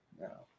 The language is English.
No